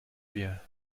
wir